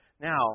Now